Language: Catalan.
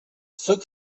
sóc